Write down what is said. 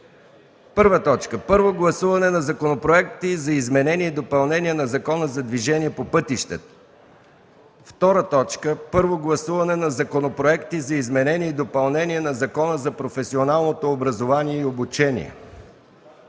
г.: „1. Първо гласуване на законопроекти за изменение и допълнение на Закона за движението по пътищата. 2. Първо гласуване на законопроекти за изменение и допълнение на Закона за професионалното образование и обучение.